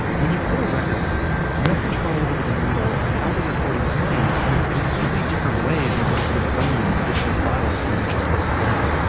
when you put a record on, you have control over the needle and how the recording plays in a completely different way than with your phone and digital files where you just hit play.